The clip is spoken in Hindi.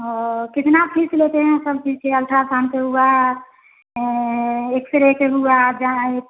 और कितनी फ़ीस लेते हैं सब चीज़ की अल्ट्रासाउन का हुआ एक्सरे का हुआ जै